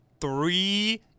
three